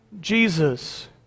Jesus